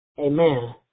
Amen